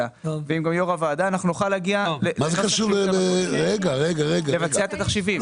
ועם יו"ר הוועדה נוכל לבצע את התחשיבים.